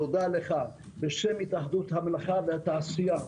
תודה לך בשם התאחדות המלאכה והתעשייה.